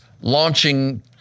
launching